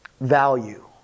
value